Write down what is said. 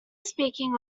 speaking